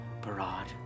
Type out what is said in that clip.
Parad